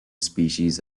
species